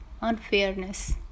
unfairness